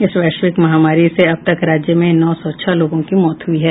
इस वैश्विक महामारी से अब तक राज्य में नौ सौ छह लोगों की मौत हुई है